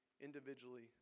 individually